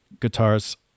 guitars